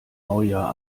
neujahr